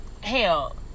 hell